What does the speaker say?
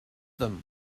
them